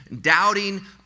doubting